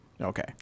okay